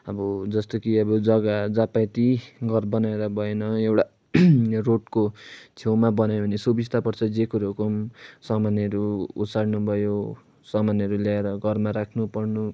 अब जस्तो कि अब जग्गा जहाँ पायो त्यहीँ घर बनाएर भएन एउटा रोडको छेउमा बनायो भने सुबिस्ता पर्छ जे कुरोको पनि सामानहरू ओसार्नु भयो सामानहरू ल्याएर घरमा राख्नु पर्नु